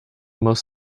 most